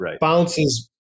bounces